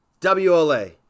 WLA